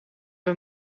bij